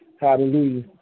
Hallelujah